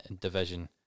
division